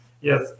Yes